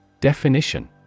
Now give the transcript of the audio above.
Definition